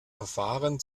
verfahren